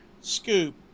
scoop